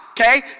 Okay